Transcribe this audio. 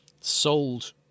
sold